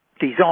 design